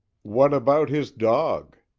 what about his dog?